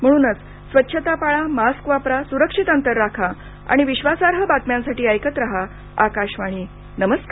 म्हणूनच स्वच्छता पाळा मास्क वापरा सुरक्षित अंतर राखा आणि विद्वासार्ह बातम्यांसाठी ऐकत राहा आकाशवाणी नमस्कार